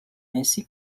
ainsi